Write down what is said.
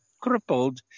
crippled